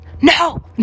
No